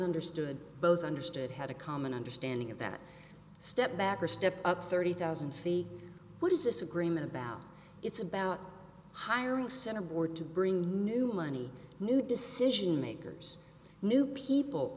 understood had a common understanding of that step back or step up thirty thousand feet what is this agreement about it's about hiring centerboard to bring new money new decision makers new people